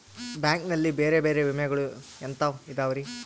Bank ನಲ್ಲಿ ಬೇರೆ ಬೇರೆ ವಿಮೆಗಳು ಎಂತವ್ ಇದವ್ರಿ?